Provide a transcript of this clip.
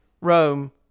Rome